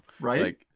Right